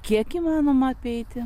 kiek įmanoma apeiti